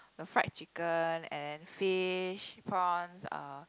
got fried chicken and then fish prawns uh